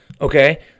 Okay